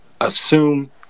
assume